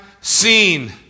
seen